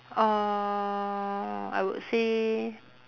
uh I would say